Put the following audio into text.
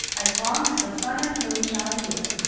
as long as the sun and moon shall endure.